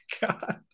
God